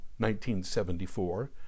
1974